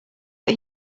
but